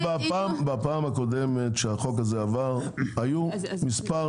--- קודם כל בפעם הקודמת שהחוק הזה עבר היו מספר